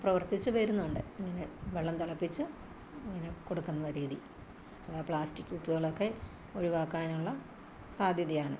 പ്രവർത്തിച്ച് വരുന്നുണ്ട് ഇങ്ങനെ വെള്ളം തിളപ്പിച്ച് ഇങ്ങനെ കൊടുക്കുന്ന രീതി പ്ലാസ്റ്റിക് കുപ്പികളൊക്കെ ഒഴിവാക്കാനുള്ള സാധ്യതയാണ്